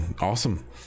awesome